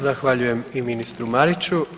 Zahvaljujem i ministru Mariću.